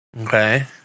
Okay